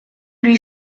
huit